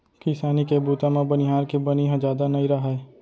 किसानी के बूता म बनिहार के बनी ह जादा नइ राहय